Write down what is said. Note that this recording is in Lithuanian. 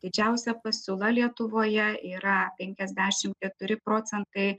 didžiausia pasiūla lietuvoje yra penkiasdešim keturi procentai